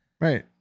right